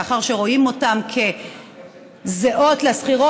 מאחר שרואים אותן כזהות לשכירות,